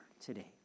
today